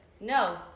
No